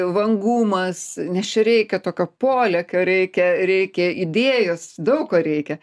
vangumas nes čia reikia tokio polėkio reikia reikia idėjos daug ko reikia